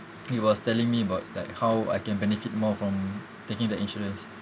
he was telling me bout like how I can benefit more from taking the insurance